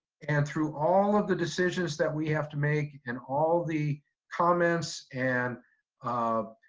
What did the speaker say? and through all of the decisions that we have to make and all the comments and um